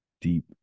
deep